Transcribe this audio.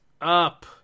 up